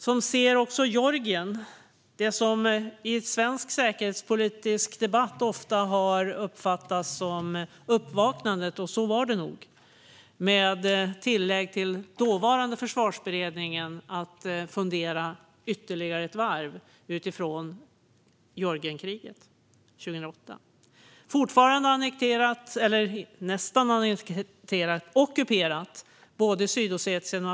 Vi ser också Georgien. Det har i svensk säkerhetspolitisk debatt ofta uppfattats som uppvaknandet, och så var det nog. Det blev ett tillägg till dåvarande Försvarsberedningen att fundera ytterligare ett varv utifrån Georgienkriget 2008. Fortfarande är både Sydossetien och Abchazien ockuperade och nästan annekterade.